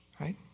Right